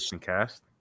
cast